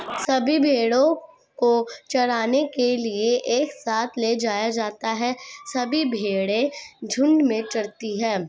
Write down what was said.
सभी भेड़ों को चराने के लिए एक साथ ले जाया जाता है सभी भेड़ें झुंड में चरती है